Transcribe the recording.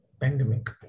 pandemic